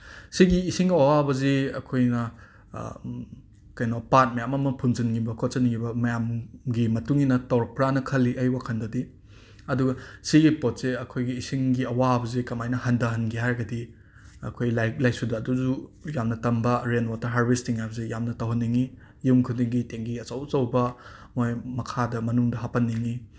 ꯁꯤꯒꯤ ꯏꯁꯤꯡ ꯑꯋꯥꯕꯁꯤ ꯑꯩꯈꯣꯏꯅ ꯀꯩꯅꯣ ꯄꯥꯠ ꯃꯌꯥꯝ ꯑꯃ ꯐꯨꯝꯖꯤꯟꯈꯤꯕ ꯈꯣꯠꯆꯤꯟꯈꯤꯕ ꯃꯌꯥꯝꯒꯤ ꯃꯇꯨꯡꯏꯟꯅ ꯇꯧꯔꯛꯄ꯭ꯔꯥꯅ ꯈꯜꯂꯤ ꯑꯩ ꯋꯥꯈꯜꯗꯗꯤ ꯑꯗꯨꯒ ꯁꯤꯒꯤ ꯄꯣꯠꯁꯦ ꯑꯩꯈꯣꯏꯒꯤ ꯏꯁꯤꯡꯒꯤ ꯑꯋꯥꯕꯁꯦ ꯀꯃꯥꯏꯅ ꯍꯟꯊꯍꯟꯒꯦ ꯍꯥꯏꯔꯒꯗꯤ ꯑꯩꯈꯣꯏ ꯂꯥꯏꯔꯤꯛ ꯂꯥꯏꯁꯨꯗ ꯑꯗꯨꯁꯨ ꯌꯥꯝꯅ ꯇꯝꯕ ꯔꯦꯟ ꯋꯥꯇꯔ ꯍꯥꯔꯚꯦꯁꯇꯤꯡ ꯍꯥꯏꯕꯁꯦ ꯌꯥꯝꯅ ꯇꯧꯍꯟꯅꯤꯡꯉꯤ ꯌꯨꯝ ꯈꯨꯗꯤꯡꯒꯤ ꯇꯦꯡꯀꯤ ꯑꯆꯧ ꯑꯆꯧꯕ ꯃꯣꯏ ꯃꯈꯥꯗ ꯃꯅꯨꯡꯗ ꯍꯥꯞꯍꯟꯅꯤꯡꯉꯤ